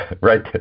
right